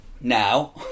Now